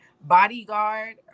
bodyguard